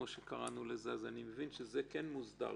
אני מבין שזה כבר מוסדר.